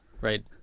right